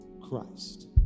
Christ